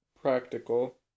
Practical